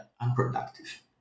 unproductive